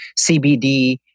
CBD